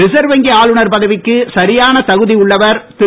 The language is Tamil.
ரிசர்வ் வங்கி ஆளுநர் பதவிக்கு சரியான தகுதி உள்ளவர் திரு